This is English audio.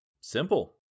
Simple